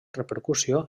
repercussió